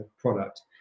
product